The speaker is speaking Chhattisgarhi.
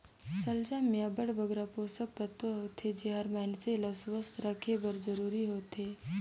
सलजम में अब्बड़ बगरा पोसक तत्व होथे जेहर मइनसे ल सुवस्थ रखे बर जरूरी होथे